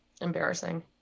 embarrassing